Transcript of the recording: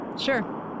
Sure